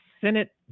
Senate